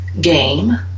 game